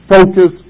Focus